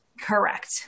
Correct